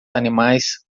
animais